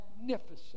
magnificent